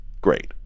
Great